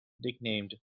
nicknamed